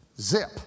Zip